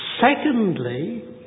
Secondly